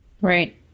Right